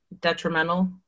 detrimental